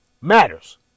matters